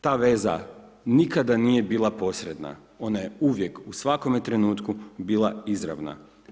Ta veza nikada nije bila posredna, ona je uvijek u svakome trenutku bila izravna.